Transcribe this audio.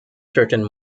certain